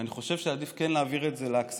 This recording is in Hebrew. ואני חושב שעדיף כן להעביר את זה לכספים,